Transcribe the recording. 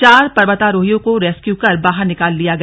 चार पर्वतारोहियों को रेस्क्यू कर बाहर निकाल लिया गया